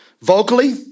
vocally